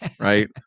Right